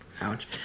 Ouch